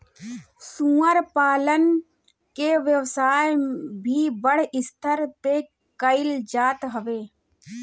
सूअर पालन के व्यवसाय भी बड़ स्तर पे कईल जात हवे